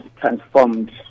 transformed